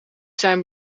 zijn